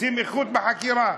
רוצים איכות בחקירה,